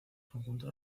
conjuntos